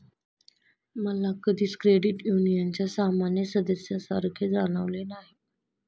मला कधीच क्रेडिट युनियनच्या सामान्य सदस्यासारखे जाणवले नाही